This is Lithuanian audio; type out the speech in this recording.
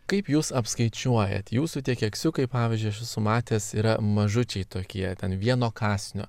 kaip jūs apskaičiuojat jūsų tie keksiukai pavyzdžiui aš esu matęs yra mažučiai tokie ten vieno kąsnio